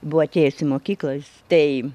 buvo atėjęs į mokyklas tai